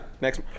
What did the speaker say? next